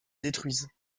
détruisent